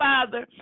Father